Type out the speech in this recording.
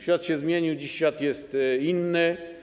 Świat się zmienił, dziś świat jest inny.